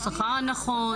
השכר הנכון.